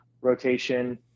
rotation